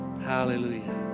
Hallelujah